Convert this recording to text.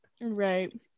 right